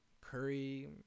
Curry